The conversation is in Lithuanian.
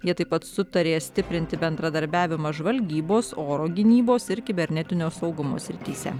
jie taip pat sutarė stiprinti bendradarbiavimą žvalgybos oro gynybos ir kibernetinio saugumo srityse